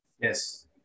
Yes